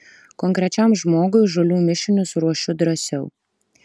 konkrečiam žmogui žolių mišinius ruošiu drąsiau